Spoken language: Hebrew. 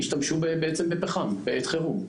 ישתמשו בהם בעצם בפחם בעת חירום.